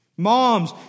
Moms